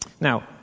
Now